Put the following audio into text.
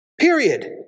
Period